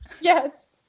Yes